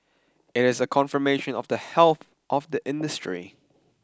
it is a confirmation of the health of the industry